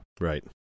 Right